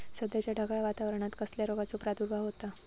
सध्याच्या ढगाळ वातावरणान कसल्या रोगाचो प्रादुर्भाव होता?